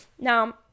Now